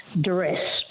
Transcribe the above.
duress